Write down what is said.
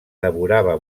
devorava